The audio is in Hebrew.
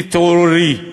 תתעוררי,